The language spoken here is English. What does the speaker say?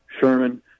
Sherman